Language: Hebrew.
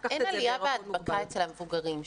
אין עלייה בהדבקה אצל המבוגרים,